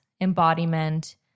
embodiment